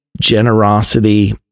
generosity